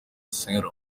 centre